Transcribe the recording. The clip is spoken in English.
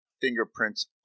fingerprints